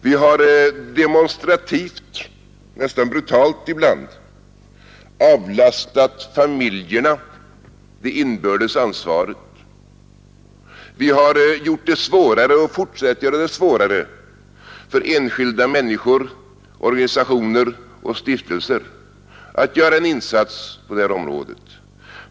Vi har demonstrativt, nästan brutalt ibland, avlastat familjerna det inbördes ansvaret. Vi har gjort det svårare och fortsätter att göra det svårare för enskilda människor, organisationer och stiftelser att göra en insats på detta område.